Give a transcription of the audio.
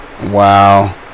wow